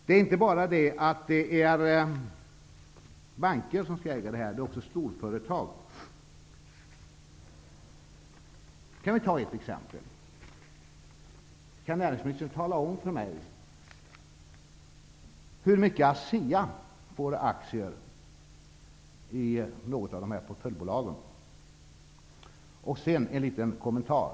Det är inte bara banker som skall äga detta. Det är också storföretag. Vi kan ta ett exempel. Kan näringsministern tala om för mig hur mycket ASEA får i aktier i något av dessa portföljbolag? Låt mig sedan komma med en liten kommentar.